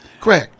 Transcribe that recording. Craig